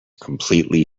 completely